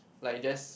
like just